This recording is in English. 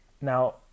Now